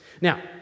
Now